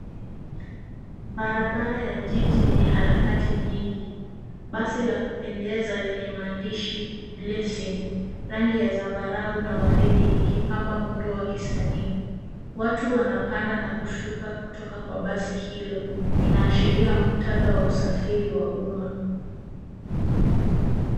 Barabara ya jiji yenye harakati nyingi. Basi la kupendeza lenye maandishi Blessing , rangi ya zambarau na ua ridi ikipamba muundo wa kisanii. Watu wanapanda na kushuka kutoka kwa basi hilo. Inaashiria muktadha wa usafiri wa umma.